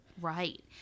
Right